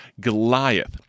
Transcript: Goliath